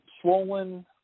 swollen